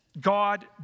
God